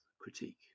critique